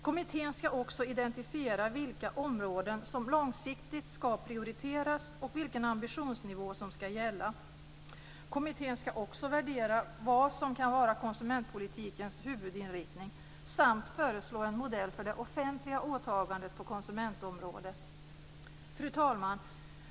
Kommittén ska också identifiera vilka områden som långsiktigt ska prioriteras och vilken ambitionsnivå som ska gälla. Kommittén ska också värdera vad som ska vara konsumentpolitikens huvudinriktning samt föreslå en modell för det offentliga åtagandet på konsumentområdet. Fru talman!